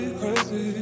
crazy